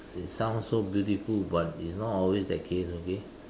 it sounds so beautiful but it is not always that case okay